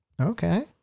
Okay